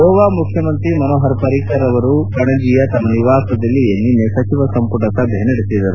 ಗೋವಾ ಮುಖ್ಯಮಂತ್ರಿ ಮನೋಪರ್ ಪರಿಕ್ಕರ್ ಅವರು ಪಣಜಿಯ ತಮ್ಮ ನಿವಾಸದಲ್ಲಿಯೇ ನಿನ್ನೆ ಸಚಿವ ಸಂಮಟ ಸಭೆ ನಡೆಸಿದರು